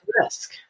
risk